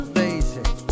Amazing